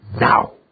now